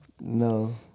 No